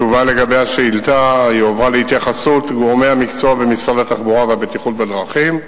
השאילתא הועברה להתייחסות גורמי המקצוע במשרד התחבורה והבטיחות בדרכים.